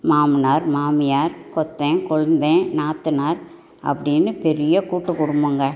மாமனார் மாமியார் கொத்தன் கொழுந்தன் நாத்தனார் அப்படின்னு பெரிய கூட்டு குடும்பங்க